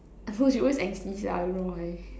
I forgot she always angsty sia I don't know why